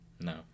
No